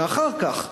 שאחר כך,